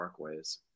parkways